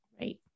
right